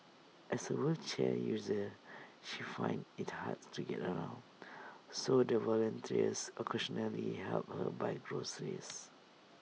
as A wheelchair user she finds IT hard to get around so the volunteers occasionally help her buy groceries